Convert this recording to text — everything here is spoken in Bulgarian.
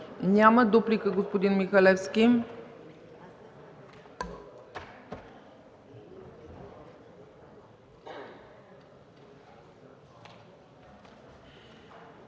Няма. Дуплика – господин Михалевски.